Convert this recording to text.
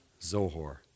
Zohor